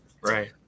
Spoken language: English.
right